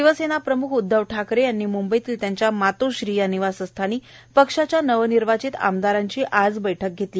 शिवसेना प्रम्ख उद्धव ठाकरे यांनी मुंबईतील त्यांच्या मातोश्री या निवासस्थानी पक्षाच्या नवनिर्वाचित आमदारांची आज बैठक घेतली